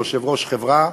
יושבת-ראש חברה,